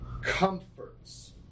Comforts